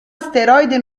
asteroide